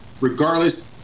regardless